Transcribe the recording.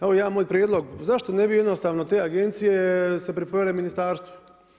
Evo moj jedan prijedlog, zašto ne bi jednostavno te agencije se pripojile ministarstvu?